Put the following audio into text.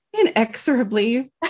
Inexorably